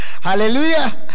Hallelujah